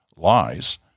lies